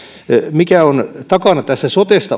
mikä on takana sotesta